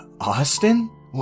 Austin